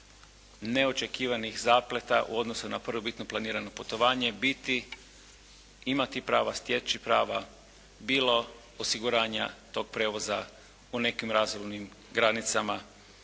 neočekivanih zapleta u odnosu na prvobitno planirano putovanje biti, imati prava, stječi prava bilo osiguranja tog prijevoza u nekim razumnim granicama